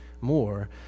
more